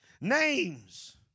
Names